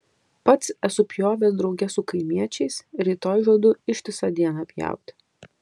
pats esu pjovęs drauge su kaimiečiais rytoj žadu ištisą dieną pjauti